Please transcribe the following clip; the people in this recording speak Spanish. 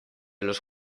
los